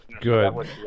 Good